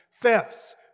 thefts